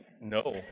No